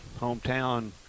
hometown